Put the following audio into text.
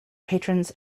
patrons